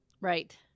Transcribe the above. Right